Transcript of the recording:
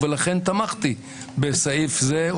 ולכן תמכתי בסעיף זה,